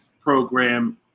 program